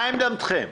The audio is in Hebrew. מה עמדתכם?